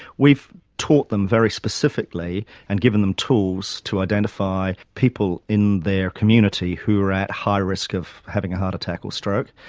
we've taught them very specifically and given them tools to identify people in their community who are at high risk of having a heart attack or stroke.